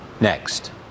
next